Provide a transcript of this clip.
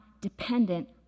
dependent